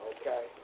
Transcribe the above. Okay